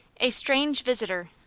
a stranger visitor.